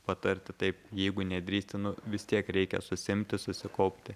patarti taip jeigu nedrįsti nu vis tiek reikia susiimti susikaupti